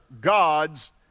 gods